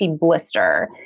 blister